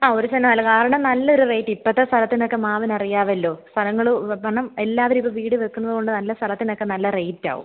ആ ഒരു സെൻറ് ആണ് നല്ലത് കാരണം നല്ലൊരു റേറ്റ് ഇപ്പോഴത്തെ സ്ഥലത്തിനൊക്കെ മാമിന് അറിയാമല്ലോ സ്ഥലങ്ങളും കാരണം എല്ലാവരും ഇത് വീട് വയ്ക്കുന്നതുകൊണ്ട് നല്ല സ്ഥലത്തിനൊക്കെ നല്ല റേറ്റ് ആവും